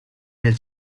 nel